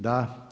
Da.